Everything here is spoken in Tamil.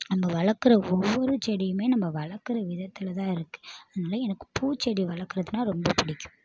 நம்ப வளர்க்குற ஒவ்வொரு செடியுமே நம்ப வளர்க்குற விதத்துலதான் இருக்கு அதனால எனக்கு பூச்செடி வளர்க்குறதுனா ரொம்ப பிடிக்கும்